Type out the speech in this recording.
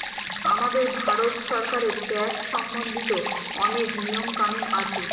আমাদের ভারত সরকারের ট্যাক্স সম্বন্ধিত অনেক নিয়ম কানুন আছে